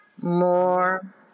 more